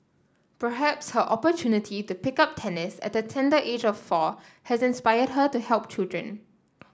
perhaps her opportunity to pick up tennis at the tender age of four has inspired her to help children